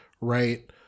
right